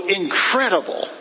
incredible